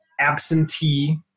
absentee